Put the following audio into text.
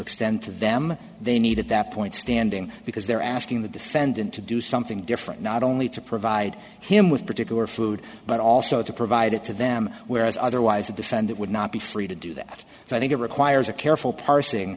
extend to them they need at that point standing because they're asking the defendant to do something different not only to provide him with particular food but also to provide it to them whereas otherwise the defendant would not be free to do that so i think it requires a careful pars